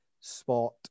spot